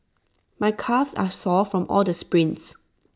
my calves are sore from all the sprints